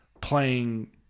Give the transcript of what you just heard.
playing